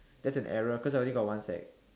that's an error cause there only got one sack